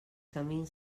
camins